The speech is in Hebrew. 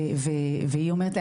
היא אומרת,